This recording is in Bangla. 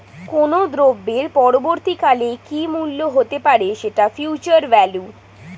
কোনো দ্রব্যের পরবর্তী কালে কি মূল্য হতে পারে, সেটা ফিউচার ভ্যালু